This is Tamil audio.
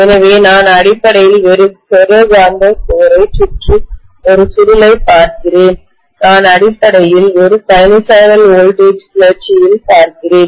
எனவே நான் அடிப்படையில் ஒரு ஃபெரோ காந்த கோரை சுற்றிஒரு சுருளை பார்க்கிறேன் நான் அடிப்படையில் ஒரு சைனூசாய்டல் வோல்டேஜ் கிளர்ச்சி இல் பார்க்கிறேன்